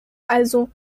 also